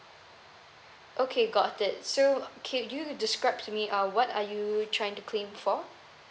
okay got it so can you describe to me uh what are you trying to claim for